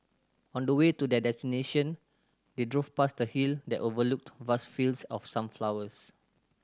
on the way to their destination they drove past a hill that overlooked vast fields of sunflowers